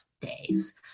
days